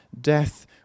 death